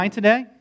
today